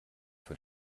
für